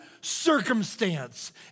circumstance